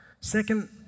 Second